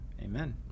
amen